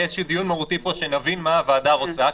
יהיה איזשהו דיון מהותי פה שנבין מה הוועדה רוצה,